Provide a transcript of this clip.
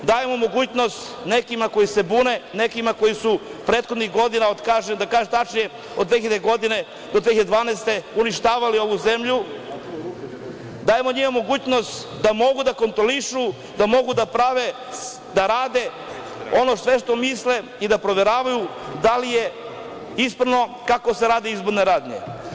Dajemo mogućnost nekima koji se bune, nekima koji su prethodnih godina, da tačnije kažem od 2000. do 2012. godine, uništavali ovu zemlju, dajemo njima mogućnost da mogu da kontrolišu, da mogu da rade ono sve što misle i da proveravaju da li je ispravno kako se rade izborne radnje.